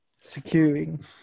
securing